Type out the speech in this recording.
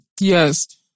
Yes